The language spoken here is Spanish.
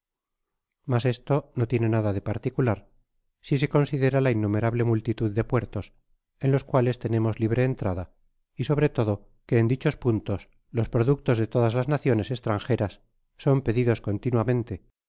mas esto no tiene nada de particular si se considera la innumerable multitud de puertos en los cuales tenemos libre entrada y sobre todo que en dichos puntos los productos de todas las naciones estranjeras son pedidos continuamante